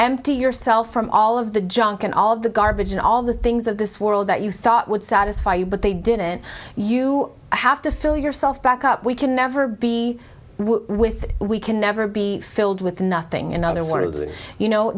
empty yourself from all of the junk and all of the garbage and all the things of this world that you thought would satisfy you but they didn't you have to fill yourself back up we can never be with we can never be filled with nothing in other words you know